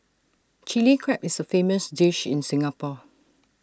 Chilli Crab is A famous dish in Singapore